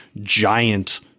giant